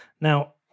Now